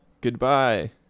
Goodbye